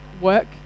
work